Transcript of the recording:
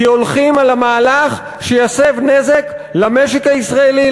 כי הולכים על המהלך שיסב נזק למשק הישראלי,